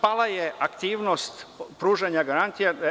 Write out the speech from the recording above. Pala je aktivnost pružanja garancija.